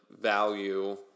value